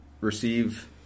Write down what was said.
receive